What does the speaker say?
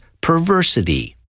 perversity